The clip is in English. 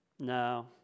No